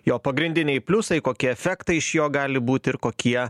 jo pagrindiniai pliusai kokie efektai iš jo gali būt ir kokie